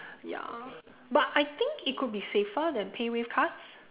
ya but I think it could be safer than PayWave cards